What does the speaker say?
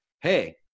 hey